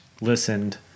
listened